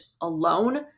alone